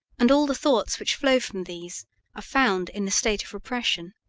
and all the thoughts which flow from these are found in the state of repression.